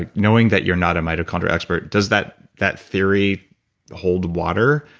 like knowing that you're not a mitochondria expert, does that that theory hold water,